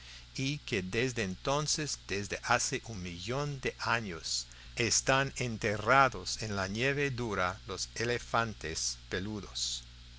y que desde entonces desde hace un millón de años están enterrados en la nieve dura los elefantes peludos